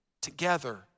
together